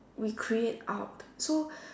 we create out so